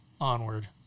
Onward